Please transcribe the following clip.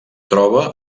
troba